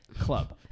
Club